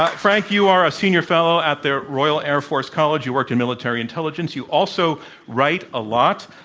but frank, you are a senior fellow at the royal air force college. you worked in military intelligence you also write a lot.